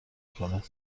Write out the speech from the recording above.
میکند